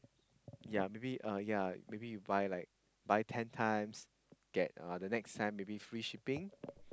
ya maybe uh ya maybe you buy like buy ten times get uh the next time maybe free shipping